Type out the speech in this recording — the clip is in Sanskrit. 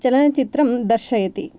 चलनचित्रं दर्शयति